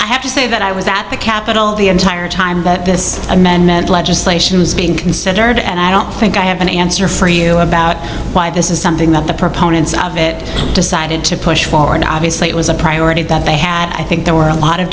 i have to say that i was at the capitol the entire time that this amendment legislation was being considered and i don't think i have an answer for you about why this is something that the proponents of it decided to push forward obviously it was a priority that they had i think there were a lot of